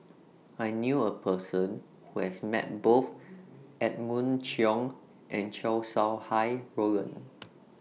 I knew A Person Who has Met Both Edmund Cheng and Chow Sau Hai Roland